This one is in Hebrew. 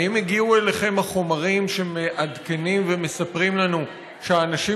האם הגיעו אליכם החומרים שמעדכנים ומספרים לנו שהאנשים